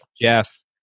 Jeff